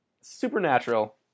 Supernatural